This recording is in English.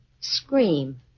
Scream